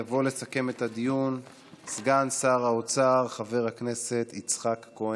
יבוא לסכם את הדיון סגן שר האוצר חבר הכנסת יצחק כהן.